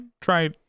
try